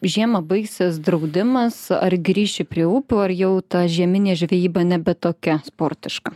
žiemą baigsis draudimas ar grįši prie upių ar jau ta žieminė žvejyba nebe tokia sportiška